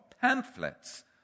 pamphlets